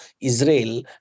Israel